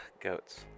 Goats